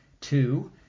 Two